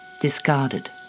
discarded